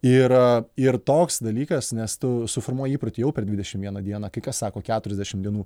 ir ir toks dalykas nes tu suformuoji įprotį jau per dvidešim vieną dieną kai kas sako keturiasdešim dienų